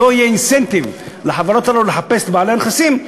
אם לא יהיה אינסנטיב לחברות האלה לחפש את בעלי הנכסים,